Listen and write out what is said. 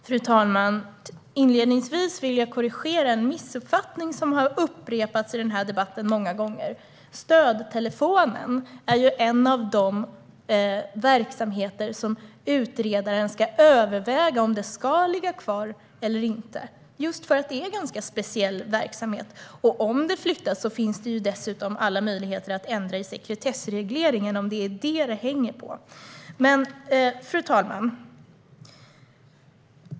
Fru talman! Inledningsvis vill jag korrigera en missuppfattning som har upprepats i debatten många gånger. Stödtelefonen är en av de verksamheter som utredaren ska överväga om den ska ligga kvar eller inte just för att det är en ganska speciell verksamhet. Om den flyttas finns dessutom alla möjligheter att ändra i sekretessregleringen om det är detta det hänger på. Fru talman!